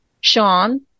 Sean